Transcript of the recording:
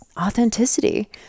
authenticity